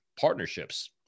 partnerships